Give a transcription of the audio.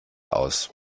aus